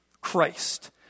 Christ